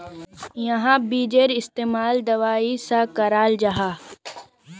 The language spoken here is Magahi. याहार बिजेर इस्तेमाल दवाईर सा कराल जाहा